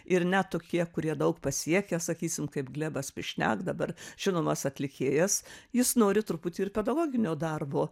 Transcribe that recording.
ir net tokie kurie daug pasiekę sakysim kaip glebas pyšniak dabar žinomas atlikėjas jis nori truputį ir pedagoginio darbo